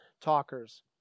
talkers